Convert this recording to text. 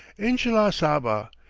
inshalla saba,